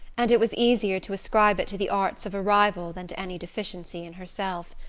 and it was easier to ascribe it to the arts of a rival than to any deficiency in herself.